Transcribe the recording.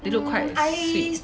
they look quite sweet